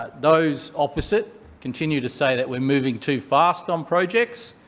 those opposite continue to say that we're moving too fast on projects.